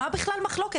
מה בכלל מחלוקת?